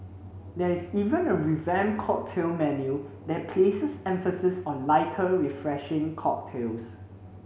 there's even a revamped cocktail menu that places emphasis on lighter refreshing cocktails